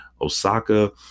osaka